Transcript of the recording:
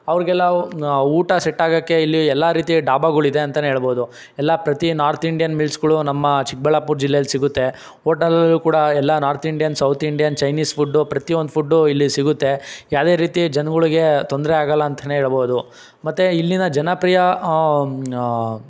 ಅವ್ರಿಗೆಲ್ಲ ಊಟ ಸೆಟ್ ಆಗೋಕ್ಕೆ ಇಲ್ಲಿ ಎಲ್ಲ ರೀತಿಯ ಡಾಬಾಗಳು ಇದೆ ಅಂತಲೇ ಹೇಳ್ಬೋದು ಎಲ್ಲ ಪ್ರತಿ ನಾರ್ತ್ ಇಂಡಿಯನ್ ಮಿಲ್ಸ್ಗಳು ನಮ್ಮ ಚಿಕ್ಕಬಳ್ಳಾಪುರ ಜಿಲ್ಲೆಲ್ಲಿ ಸಿಗುತ್ತೆ ಹೋಟಲ್ ಕೂಡ ಎಲ್ಲ north Indian south Indian Chinese food ಪ್ರತಿ ಒಂದು ಫುಡ್ಡೂ ಇಲ್ಲಿ ಸಿಗುತ್ತೆ ಯಾವುದೇ ರೀತಿ ಜನಗಳ್ಗೆ ತೊಂದರೆ ಆಗೋಲ್ಲ ಅಂತಲೇ ಹೇಳ್ಬೋದು ಮತ್ತೆ ಇಲ್ಲಿಯ ಜನಪ್ರಿಯ